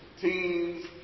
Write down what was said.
teens